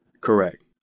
Correct